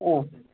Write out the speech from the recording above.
अँ